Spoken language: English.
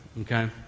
okay